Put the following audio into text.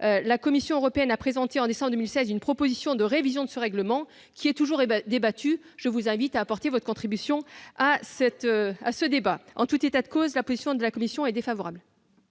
que la Commission européenne a présenté en décembre 2016 une proposition de révision de ce règlement, qui est toujours débattue. Aussi, je vous invite à y apporter votre contribution. Avec vous ! En tout état de cause, la commission est défavorable